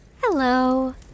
Hello